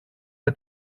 για